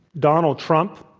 donald trump,